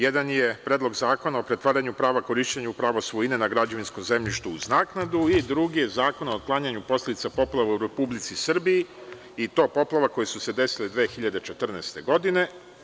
Jedan je Predlog zakona o pretvaranju prava korišćenja u pravo svojine na građevinskom zemljištu uz naknadu, a drugi je zakon o otklanjanju posledica poplava u Republici Srbiji, i to poplava koje su se desile 2014. godine.